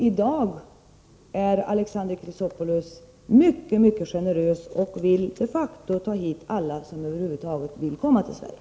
I dag är Alexander Chrisopoulos mycket, mycket generös och vill de facto ta hit alla som över huvud taget vill komma till Sverige.